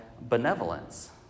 benevolence